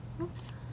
Oops